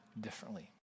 differently